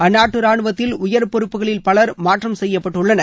அந்நாட்டு ரானுவத்தில் உயர் பொறுப்புகளில் பலர் மாற்றம் செய்யப்பட்டுள்ளனர்